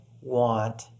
want